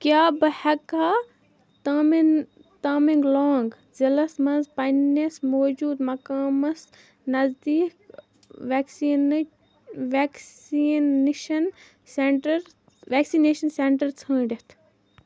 کیٛاہ بہٕ ہٮ۪کہٕ ہا تامِن تامِنٛگ لانٛگ ضِلعس منٛز پنٛنِس موجوٗد مقامس نزدیٖک وٮ۪کسیٖنٕکۍ وٮ۪کسیٖنِشَن سٮ۪نٛٹَر وٮ۪کسِنیشَن سٮ۪نٛٹَر ژھٲنٛڈِتھ